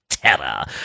Terra